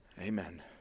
Amen